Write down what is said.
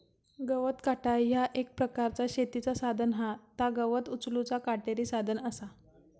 गवत काटा ह्या एक प्रकारचा शेतीचा साधन हा ता गवत उचलूचा काटेरी साधन असा